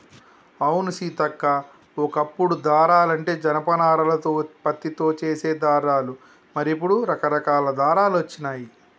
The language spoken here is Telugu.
అవును సీతక్క ఓ కప్పుడు దారాలంటే జనప నారాలతో పత్తితో చేసే దారాలు మరి ఇప్పుడు రకరకాల దారాలు వచ్చినాయి